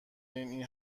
این